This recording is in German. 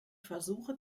versuche